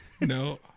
No